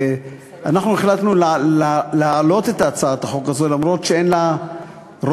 אנחנו החלטנו להעלות את הצעת החוק הזאת אף שאין לה רוב,